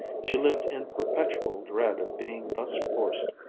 she lived in perpetual dread of being thus forced,